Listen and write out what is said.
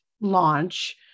launch